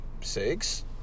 six